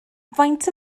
faint